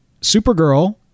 Supergirl